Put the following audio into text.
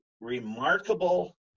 remarkable